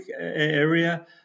area